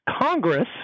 Congress